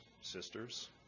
sisters